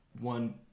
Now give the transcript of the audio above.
one